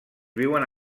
viuen